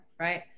right